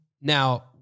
Now